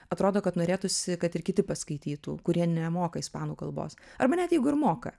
atrodo kad norėtųsi kad ir kiti paskaitytų kurie nemoka ispanų kalbos arba net jeigu ir moka